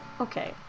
Okay